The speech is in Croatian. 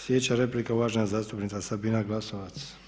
Slijedeća replika je uvažena zastupnica Sabina Glasovac.